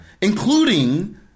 including